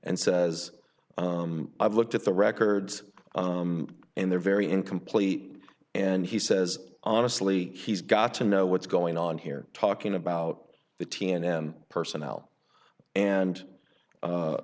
and says i've looked at the records and they're very incomplete and he says honestly he's got to know what's going on here talking about the t n n personnel and